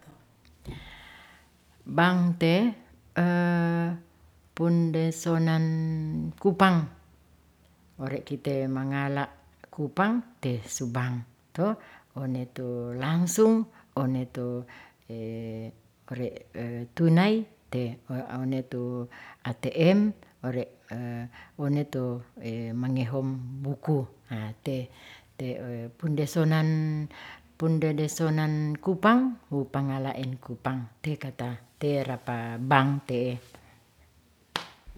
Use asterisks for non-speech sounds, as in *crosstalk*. Bang te *hesitation* pundesonan kupang ore' kite mangala kupang te subang, to one tu langsung, one tu tunai, te one tu atm, ore' one tu mangehom buku. haa te pundesonan pundadesonan kupang wu pangalaen kupang te kata te ra pa bank te.